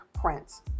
Prince